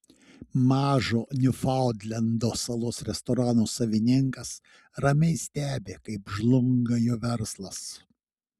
mažo niufaundlendo salos restorano savininkas ramiai stebi kaip žlunga jo verslas